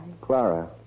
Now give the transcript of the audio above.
Clara